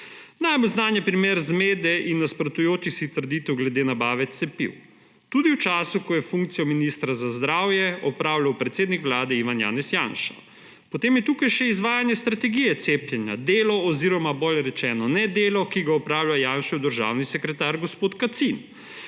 Najbolj znan je primer zmede in nasprotujočih si trditev glede nabave cepiv, tudi v času, ko je funkcijo ministra za zdravje opravljal predsednik vlade Ivan Janez Janša. Potem je tukaj še izvajanje strategije cepljenja, delo oziroma bolje rečeno nedelo, ki ga opravlja Janšev državni sekretar gospod Kacin.